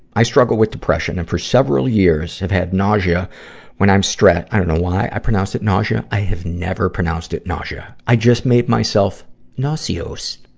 i struggle with depression and for several years have had nausea when i'm stre ah i don't know why i pronounced naw-zha i have never pronounced it naw-zha. i just made myself naw-cee-oos.